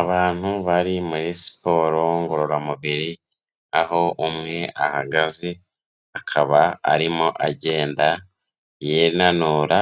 Abantu bari muri siporo ngororamubiri, aho umwe ahagaze akaba arimo agenda yinanura,